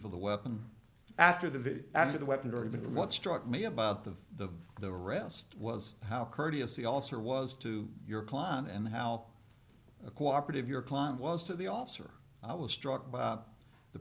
for the weapon after the v after the weapon or even what struck me about the the the rest was how courteous he also was to your client and how cooperative your client was to the officer i was struck by the